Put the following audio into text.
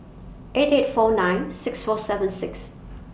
eight eight four nine six four seven six